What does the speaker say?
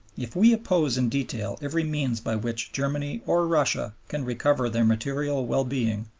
if we oppose in detail every means by which germany or russia can recover their material well-being,